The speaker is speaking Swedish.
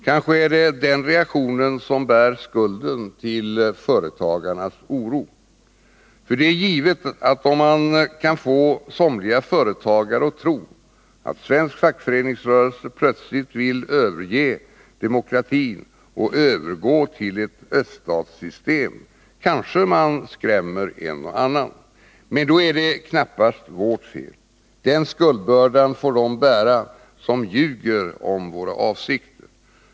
Kanske är det den reaktionen som bär skulden till företagarnas oro. För det är givet, att om man kan få somliga företagare att tro att svensk fackföreningsrörelse plötsligt vill överge demokratin och övergå till ett Öststatssystem, kanske man skrämmer en och annan. Men då är det knappast vårt fel. Den skuldbördan får de bära som ljuger om våra avsikter.